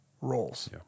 roles